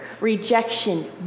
rejection